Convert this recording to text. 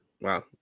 Wow